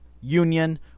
Union